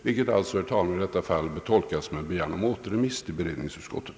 Mitt yrkande bör alltså, herr talman, tolkas som en begäran om återremiss till beredningsutskottet.